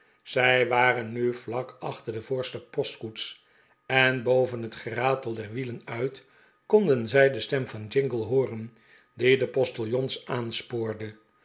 zij waren nu vlak achter de voorste postkoets en boven het geratel der wielen uit konden zij de stem van jingle hooren die de postiljons aanspoorde